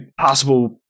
possible